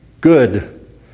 good